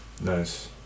Nice